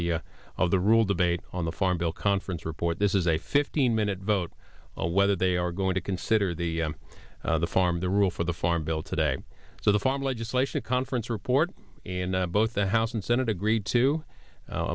the of the rule debate on the farm bill conference report this is a fifteen minute vote whether they are going to consider the farm the rule for the farm bill today so the farm legislation a conference report and both the house and senate agreed to